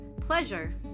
pleasure